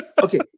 Okay